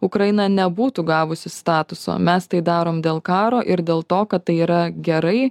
ukraina nebūtų gavusi statuso mes tai darom dėl karo ir dėl to kad tai yra gerai